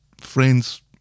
Friends